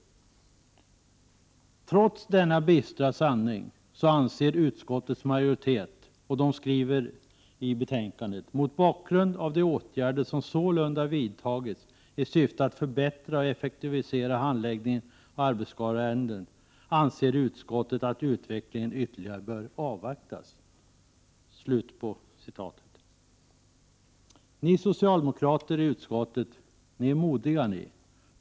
Trots denna bistra sanning anser utskottets majoritet följande: ”Mot bakgrund av de åtgärder som sålunda vidtagits i syfte att förbättra och effektivisera handläggningen av arbetsskadeärenden anser utskottet att utvecklingen ytterligare bör avvaktas.” Ni socialdemokrater i utskottet är modiga.